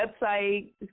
website